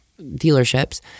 dealerships